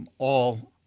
and all